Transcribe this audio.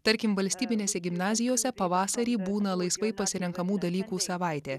tarkim valstybinėse gimnazijose pavasarį būna laisvai pasirenkamų dalykų savaitė